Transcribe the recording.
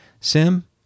sim